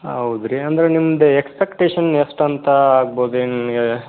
ಹೌದ್ ರೀ ಅಂದರೆ ನಿಮ್ದು ಎಕ್ಸ್ಪೆಕ್ಟೇಷನ್ ಎಷ್ಟು ಅಂತಾ ಆಗ್ಬೋದು ಏನು